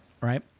Right